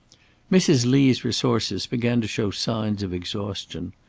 mrs. lee's resources began to show signs of exhaustion.